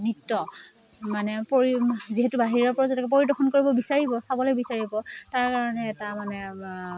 নৃত্য মানে পৰি যিহেতু বাহিৰৰ পৰা যাতে পৰিদৰ্শন কৰিব বিচাৰিব চাবলে বিচাৰিব তাৰ কাৰণে এটা মানে